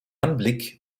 anblick